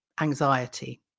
anxiety